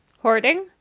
hoarding,